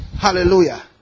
Hallelujah